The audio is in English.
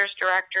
directors